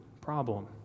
problem